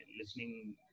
listening